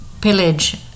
pillage